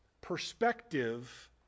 perspective